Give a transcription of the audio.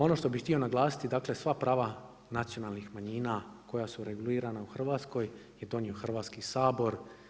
Ono što bih htio naglasiti, dakle sva prava nacionalnih manjina koja su regulirana u Hrvatskoj i donio Hrvatski sabor.